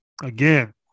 Again